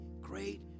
great